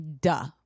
Duh